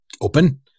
open